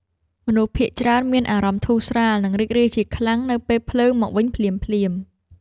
មនុស្សភាគច្រើនមានអារម្មណ៍ធូរស្រាល និងរីករាយជាខ្លាំង នៅពេលភ្លើងមកវិញភ្លាមៗ។